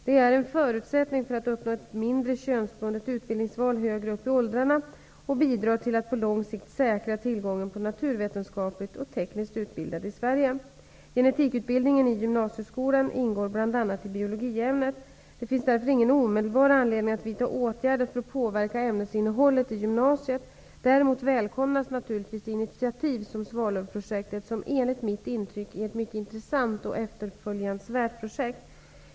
Detta är en förutsättning för att uppnå ett mindre könsbundet utbildningsval högre upp i åldrarna och bidrar till att på lång sikt säkra tillgången på naturvetenskapligt och tekniskt utbildade i Sverige. Genetikutbildningen i gymnasieskolan ingår bl.a. i biologiämnet. Det finns därför ingen omedelbar anledning att vidta åtgärder för att påverka ämnesinnehållet i gymnasieskolan. Däremot välkomnas naturligtvis initiativ som Svalövprojektet, som enligt mitt intryck är ett mycket intressant och efterföljansvärt projekt.